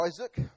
Isaac